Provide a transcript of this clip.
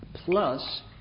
Plus